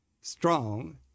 strong